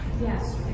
Yes